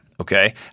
Okay